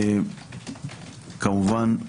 כמובן,